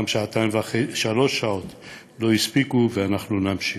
גם שלוש שעות לא הספיקו, ואנחנו נמשיך.